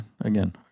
again